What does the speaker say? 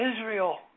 Israel